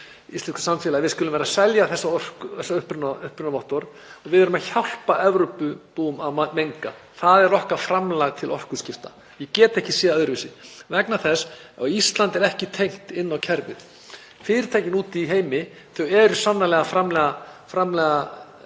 íslensku samfélagi — að við skulum vera að selja þessi upprunavottorð og við erum að hjálpa Evrópubúum að menga. Það er okkar framlag til orkuskipta. Ég get ekki séð það öðruvísi vegna þess að Ísland er ekki tengt inn á kerfið. Fyrirtækin úti í heimi eru sannarlega framleiða